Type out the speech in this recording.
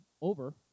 over